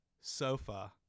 Sofa